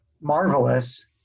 marvelous